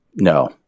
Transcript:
No